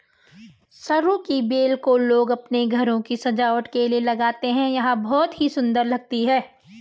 सरू की बेल को लोग अपने घरों की सजावट के लिए लगाते हैं यह बहुत ही सुंदर लगती है